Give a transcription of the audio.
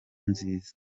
nziza